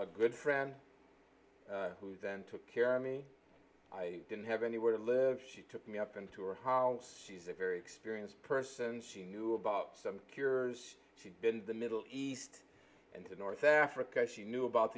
a good friend who then took care of me i didn't have anywhere to live she took me up into her house she's a very experienced person she knew about some cures she'd been in the middle east and in north africa she knew about